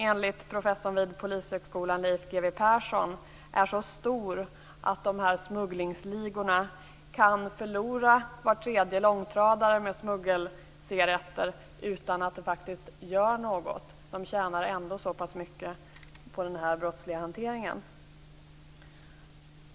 Enligt professorn vid Polishögskolan, Leif G W Persson är vinstmarginalen så stor att smugglingsligorna kan förlora var tredje långtradare med smuggelcigaretter utan att det gör något. De tjänar ändå så pass mycket på denna brottsliga hantering.